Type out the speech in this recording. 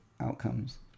outcomes